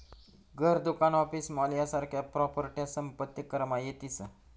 घर, दुकान, office, mall यासारख्या प्रॉपर्ट्या संपत्ती करमा येतीस